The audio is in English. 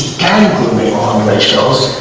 on ratios